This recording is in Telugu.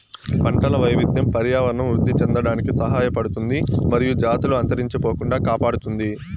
పంటల వైవిధ్యం పర్యావరణం వృద్ధి చెందడానికి సహాయపడుతుంది మరియు జాతులు అంతరించిపోకుండా కాపాడుతుంది